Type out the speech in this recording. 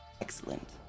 excellent